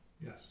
yes